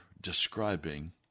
describing